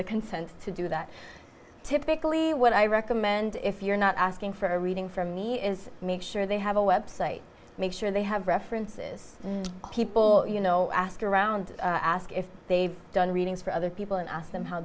the consent to do that typically what i recommend if you're not asking for a reading for me is make sure they have a website make sure they have references people you know ask around ask if they've done readings for other people and ask them how